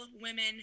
Women